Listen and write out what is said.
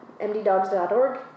mddogs.org